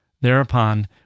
Thereupon